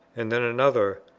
and then another,